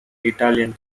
italian